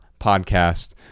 podcast